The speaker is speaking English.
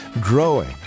growing